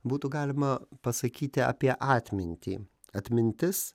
būtų galima pasakyti apie atmintį atmintis